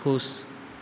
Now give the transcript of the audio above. खुश